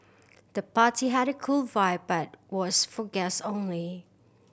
the party had a cool vibe but was for guests only